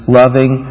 loving